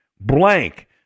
blank